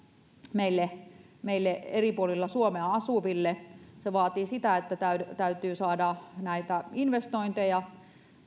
meille meille eri puolilla suomea asuville se vaatii sitä että täytyy täytyy saada investointeja